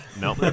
No